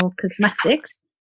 cosmetics